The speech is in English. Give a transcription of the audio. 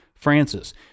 Francis